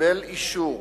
וקיבל אישור